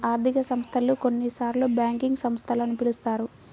ఆర్థిక సంస్థలు, కొన్నిసార్లుబ్యాంకింగ్ సంస్థలు అని పిలుస్తారు